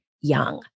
young